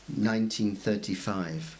1935